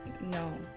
No